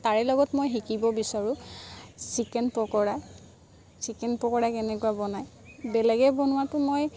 তাৰে লগত মই শিকিব বিচাৰোঁ চিকেন পকৰা চিকেন পকৰা কেনেকৈ বনায় বেলেগে বনোৱাটো মই